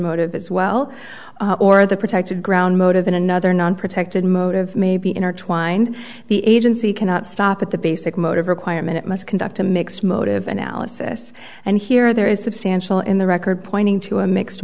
motive as well or the protected ground motive in another non protected motive may be intertwined the agency cannot stop at the basic motive requirement it must conduct a mixed motive analysis and here there is substantial in the record pointing to a mixed